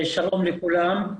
שלום לכולם,